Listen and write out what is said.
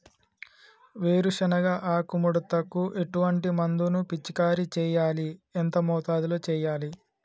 వేరుశెనగ ఆకు ముడతకు ఎటువంటి మందును పిచికారీ చెయ్యాలి? ఎంత మోతాదులో చెయ్యాలి?